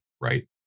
right